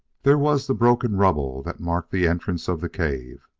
there was the broken rubble that marked the entrance of the cave.